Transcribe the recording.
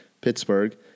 Pittsburgh